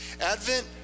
Advent